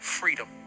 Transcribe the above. freedom